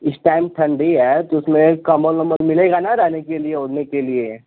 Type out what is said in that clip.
इस टाइम ठंडी है तो उसमे कम्बल ओम्मल मिलेगा न रहने के लिए ओढ़ने के लिए